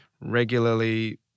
regularly